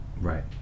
Right